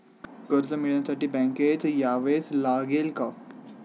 कर्ज मिळवण्यासाठी बँकेमध्ये यावेच लागेल का?